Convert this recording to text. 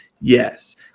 yes